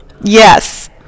Yes